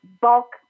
bulk